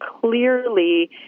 clearly